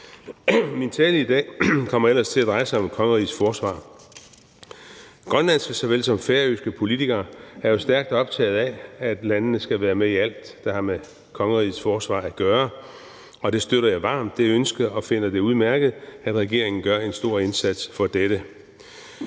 Min tale i dag kommer ellers til at dreje sig om kongerigets forsvar. Grønlandske så vel som færøske politikere er jo stærkt optaget af, at landene skal være med i alt, der har med kongerigets forsvar at gøre. Det ønske støtter jeg varmt, og jeg finder det udmærket, at regeringen gør en stor indsats for dette.